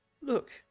look